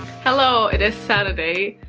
hello, it is saturday,